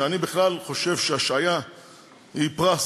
אני בכלל חושב שהשעיה היא פרס